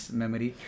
memory